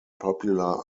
popular